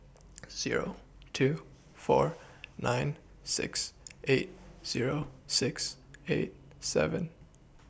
Zero two four nine six eight Zero six eight seven